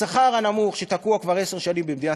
השכר הנמוך שתקוע כבר עשר שנים במדינת